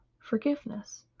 forgiveness